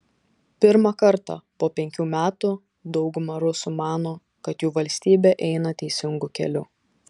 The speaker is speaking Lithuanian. pirmą kartą po penkių metų dauguma rusų mano kad jų valstybė eina teisingu keliu